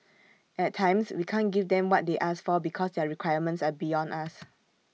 at times we can't give them what they ask for because their requirements are beyond us